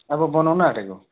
अब बनाउनु आँटेको